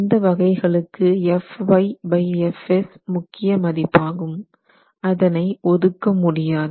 இந்த வகைகளுக்கு FyFs முக்கிய மதிப்பாகும் அதனை ஒதுக்க முடியாது